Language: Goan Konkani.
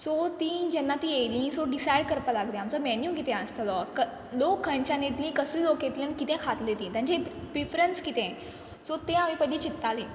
सो तीं जेन्ना तीं येयलीं सो डिसायड करपा लागले आम सो मेन्यू कितें आसतलो क लोक खंयंच्यान येतलीं कसली लोक येतलीं आनी कितें खातलीं तीं तांची पिफ्रन्स कितें सो तें आमी पयली चिंत्तालीं